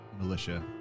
militia